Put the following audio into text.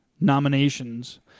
nominations